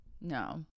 no